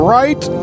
right